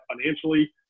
financially